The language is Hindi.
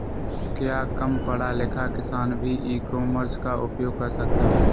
क्या कम पढ़ा लिखा किसान भी ई कॉमर्स का उपयोग कर सकता है?